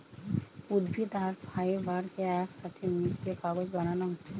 উদ্ভিদ আর ফাইবার কে একসাথে মিশিয়ে কাগজ বানানা হচ্ছে